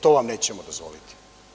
To vam nećemo dozvoliti.